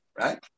right